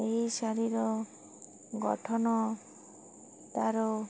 ଏହି ଶାଢ଼ୀର ଗଠନ ତାର